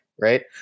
right